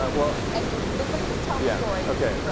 ah well and you know let me just tell the story,